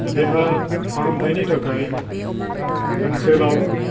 देहा फाहामथायनि थाखाय ओनसोलाव